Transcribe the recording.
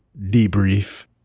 debrief